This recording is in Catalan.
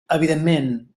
evidentment